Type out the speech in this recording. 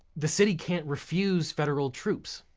the city can't refuse federal troops.